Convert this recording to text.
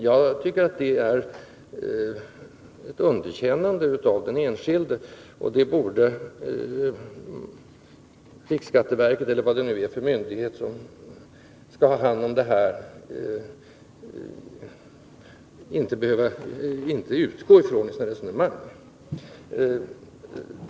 Jag tycker att en sådan inställning också innebär ett underkännande av den enskilde, och det borde riksskatteverket eller annan myndighet som skall ha hand om detta inte utgå från i sina resonemang.